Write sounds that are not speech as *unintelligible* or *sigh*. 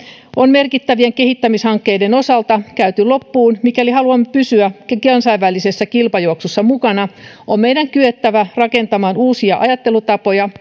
on merkittävien kehittämishankkeiden osalta käyty loppuun mikäli haluamme pysyä kansainvälisessä kilpajuoksussa mukana on meidän kyettävä rakentamaan uusia ajattelutapoja *unintelligible*